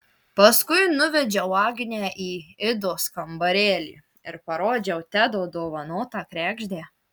paskui nuvedžiau agnę į idos kambarėlį ir parodžiau tedo dovanotą kregždę